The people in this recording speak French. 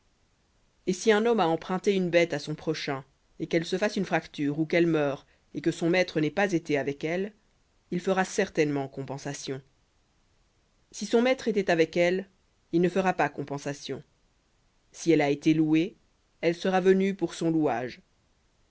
et si un homme a emprunté à son prochain et qu'elle se fasse une fracture ou qu'elle meure et que son maître n'ait pas été avec elle il fera certainement compensation si son maître était avec elle il ne fera pas compensation si elle a été louée elle sera venue pour son louage